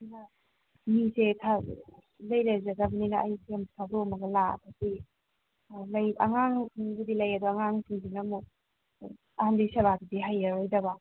ꯑꯗꯨꯅ ꯃꯤꯁꯦ ꯈꯔ ꯏꯂꯩ ꯂꯩꯖꯗꯕꯅꯤꯅ ꯑꯩꯁꯦ ꯑꯃꯨꯛ ꯊꯥꯗꯣꯛꯑꯝꯃꯒ ꯂꯥꯛꯄꯁꯤ ꯑꯥ ꯂꯩ ꯑꯉꯥꯡꯁꯤꯡꯕꯨꯗꯤ ꯂꯩ ꯑꯗꯣ ꯑꯉꯥꯡꯁꯤꯡꯁꯤꯅ ꯑꯃꯨꯛ ꯑꯍꯟꯗꯨꯒꯤ ꯁꯦꯕꯥꯁꯤꯗꯤ ꯍꯩꯔꯔꯣꯏꯗꯕ